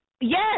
Yes